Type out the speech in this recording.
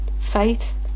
faith